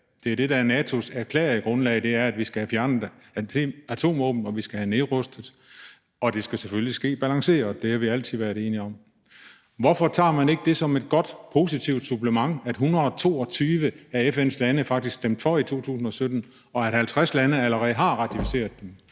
Det er det, der er NATO's erklærede grundlag, altså at vi skal have fjernet atomvåben, og at vi skal have nedrustet. Og det skal selvfølgelig ske balanceret. Det har vi altid været enige om. Hvorfor tager man det ikke som et godt og positivt supplement, at 122 af FN's lande faktisk stemte for i 2017, og at 50 lande allerede har ratificeret den?